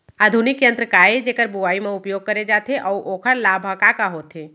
आधुनिक यंत्र का ए जेकर बुवाई म उपयोग करे जाथे अऊ ओखर लाभ ह का का होथे?